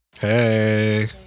Hey